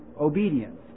obedience